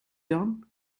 done